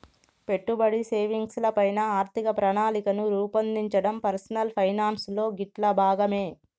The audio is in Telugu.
పెట్టుబడి, సేవింగ్స్ ల పైన ఆర్థిక ప్రణాళికను రూపొందించడం పర్సనల్ ఫైనాన్స్ లో గిట్లా భాగమే